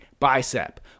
Bicep